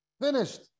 Finished